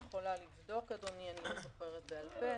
אני יכולה לבדוק, אדוני, אני לא זוכרת בעל פה.